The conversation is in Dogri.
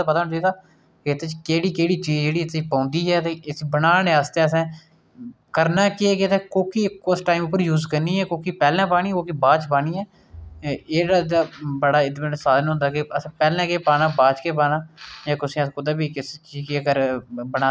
मेरे तो गिरधर गोपाल दूसरे ना कोय ते सिर पर मोर मुकुट मेरा उन्ने आक्खेआ भई जिसदे सिर पर मोर मुकुट ऐ उऐ मेरा सखा उऐ मेरा मीत ऐ तके इस संसार च होर मेरा कोई निं ऐ जेह्ड़ा मेरा अपना पति ऐ ओह्बी मेरा अपना पति नेईं ऐ लेकिन उसी